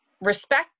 respect